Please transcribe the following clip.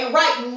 right